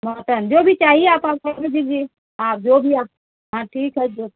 बोहतन जो भी चाहिए आपको हमसे बोल दीजिए हाँ जो भी आप हाँ ठीक है जो